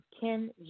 Ken